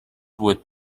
would